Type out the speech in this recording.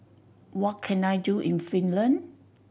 what can I do in Finland